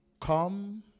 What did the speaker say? come